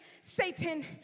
Satan